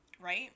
Right